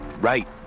right